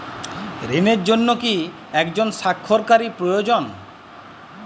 ঋণের জন্য কি একজন স্বাক্ষরকারী প্রয়োজন?